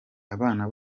abana